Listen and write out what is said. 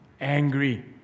angry